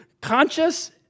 conscious